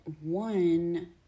one